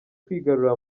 kwigarurira